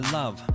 love